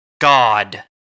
God